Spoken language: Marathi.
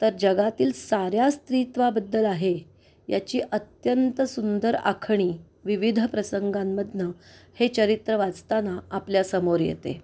तर जगातील साऱ्या स्त्रीत्वाबद्दल आहे याची अत्यंत सुंदर आखणी विविध प्रसंगांमधनं हे चरित्र वाचताना आपल्यासमोर येते